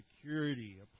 security